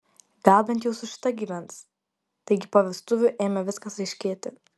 gal jau bent su šita gyvens taigi po vestuvių ėmė viskas aiškėti